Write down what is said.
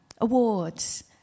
awards